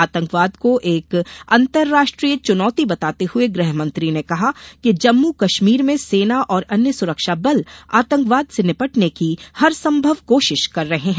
आतंकवाद को एक अंतर्राष्ट्रीय चुनौती बताते हुए गृहमंत्री ने कहा कि जम्मू कश्मीर में सेना और अन्य सुरक्षाबल आतंकवाद से निपटने की हरसंभव कोशिश कर रहे हैं